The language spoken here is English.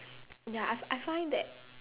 ya I I find that